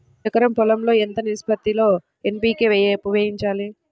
ఎకరం పొలం లో ఎంత నిష్పత్తి లో ఎన్.పీ.కే ఉపయోగించాలి?